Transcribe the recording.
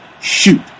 Shoot